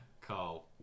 Carl